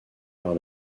par